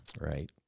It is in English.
Right